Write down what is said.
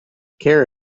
care